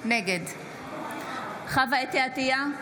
נגד חוה אתי עטייה,